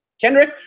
Kendrick